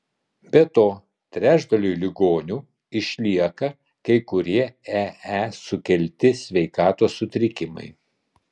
be to trečdaliui ligonių išlieka kai kurie ee sukelti sveikatos sutrikimai